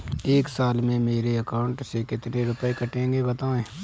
एक साल में मेरे अकाउंट से कितने रुपये कटेंगे बताएँ?